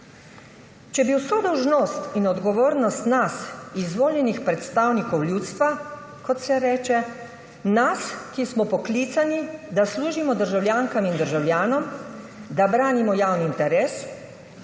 Če bi vso dolžnost in odgovornost nas, izvoljenih predstavnikov ljudstva, kot se reče, nas, ki smo poklicani, da služimo državljankam in državljanom, da branimo javni interes,